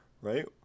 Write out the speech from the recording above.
right